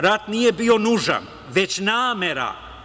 Rat nije bio nužan, već namera.